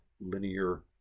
linear